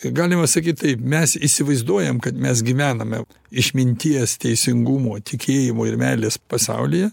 galima sakyt taip mes įsivaizduojam kad mes gyvename išminties teisingumo tikėjimo ir meilės pasaulyje